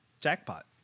Jackpot